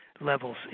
levels